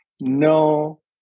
no